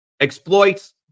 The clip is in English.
exploits